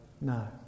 No